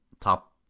top